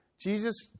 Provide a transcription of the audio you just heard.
Jesus